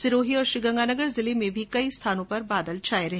सिरोही और श्रीगंगानगर जिले में भी कई स्थानों पर बादल छाये रहे